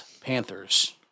Panthers